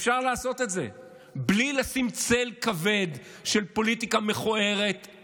אפשר לעשות את זה בלי לשים צל כבד של פוליטיקה מכוערת,